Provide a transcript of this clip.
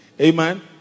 Amen